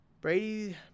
Brady